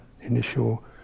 initial